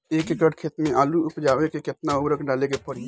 एक एकड़ खेत मे आलू उपजावे मे केतना उर्वरक डाले के पड़ी?